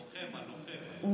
הלוחם, הלוחם, אני מבקש.